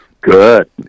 Good